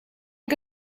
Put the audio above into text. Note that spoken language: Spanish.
que